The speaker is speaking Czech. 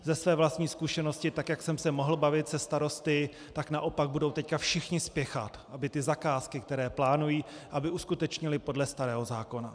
Ze své vlastní zkušenosti, tak jak jsem se mohl bavit se starosty, tak naopak budou teď všichni spěchat, aby zakázky, které plánují, uskutečnili podle starého zákona.